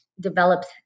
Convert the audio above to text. develops